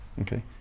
Okay